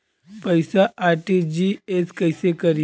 पैसा आर.टी.जी.एस कैसे करी?